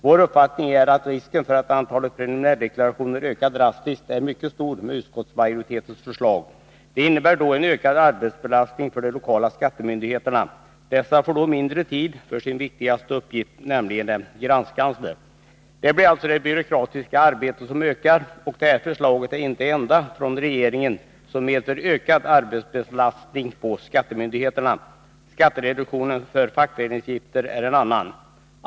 Vår uppfattning är att risken är mycket stor för att antalet preliminärdeklarationer drastiskt ökar i och med utskottsmajoritetens förslag. Det innebär då en ökad arbetsbelast ning för de lokala skattemyndigheterna. Dessa får mindre tid för sin Nr 54 viktigaste uppgift, nämligen granskningen. Fredagen den Det blir alltså det byråkratiska arbetet som ökar. Det här förslaget är 17 december 1982 vidare inte det enda från regeringen som medför en ökad arbetsbelastning för skattemyndigheterna. Skattereduktionen för fackföreningsavgifter bidrar också till detta.